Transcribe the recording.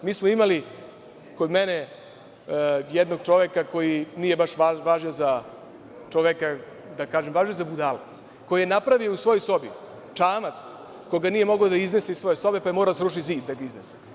Imali smo kod mene jednog čoveka koji nije baš važio za čoveka, važio je za budalu, koji je napravio u svojoj sobi čamac koji nije mogao da iznese iz svoje sobe, pa je morao da sruši zid da bi ga izneo.